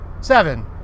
Seven